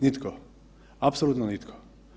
Nitko, apsolutno nitko.